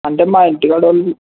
అంటే మా ఇంటి కాడోల్లు